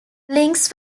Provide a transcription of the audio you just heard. links